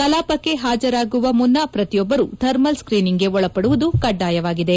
ಕಲಾಪಕ್ಕೆ ಹಾಜರಾಗುವ ಮುನ್ನ ಪ್ರತಿಯೊಬ್ಬರು ಥರ್ಮಲ್ ಸ್ಕ್ರೀನಿಂಗ್ಗೆ ಒಳಪಡುವುದು ಕಡ್ಲಾಯವಾಗಿದೆ